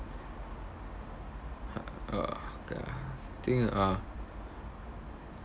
uh uh I think uh